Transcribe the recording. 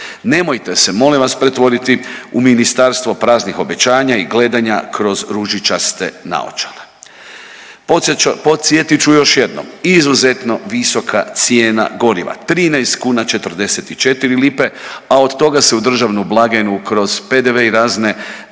Nemojte se molim vas pretvoriti u ministarstvo praznih obećanja i gledanja kroz ružičaste naočale. Podsjetit ću još jednom. Izuzetno visoka cijena goriva. 13 kuna 44 lipe, a od toga se u državnu blagajnu kroz PDV-e i razne